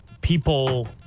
people